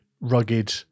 rugged